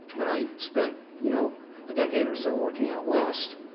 but i spent you know a decade or so working out west.